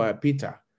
Peter